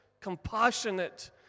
compassionate